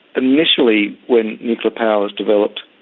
initially when nuclear power was developed,